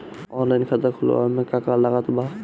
Online खाता खुलवावे मे का का लागत बा?